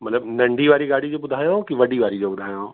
मतिलब नंढी वारी गाॾी जो ॿुधायो की वॾी वारी जो ॿुधायाव